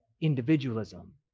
individualism